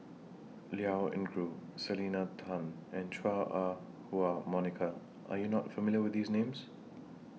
Liao Yingru Selena Tan and Chua Ah Huwa Monica Are YOU not familiar with These Names